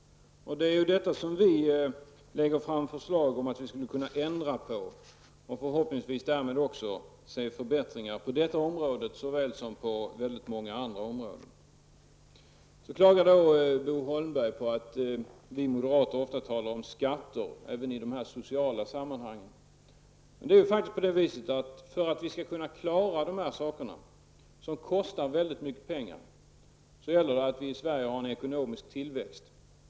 Det är ju detta som vi lägger fram förslag om att ändra på och därmed förhoppningsvis också åstadkomma förbättringar, på detta område såväl som på väldigt många andra områden. Så klagar då Bo Holmberg på att vi moderater ofta talar om skatter även i de här sociala sammanhangen. Men det är faktsikt på det viset att för att vi skall kunna klara de här sakerna, som kostar väldigt mycket pengar, gäller det att vi i Sverige har en ekonomisk tillväxt.